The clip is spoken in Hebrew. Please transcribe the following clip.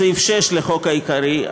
בסעיף 6 לחוק העיקרי,